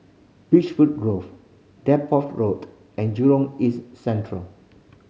Beech Food Grove Deptford Road and Jurong East Central